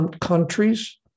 countries